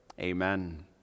Amen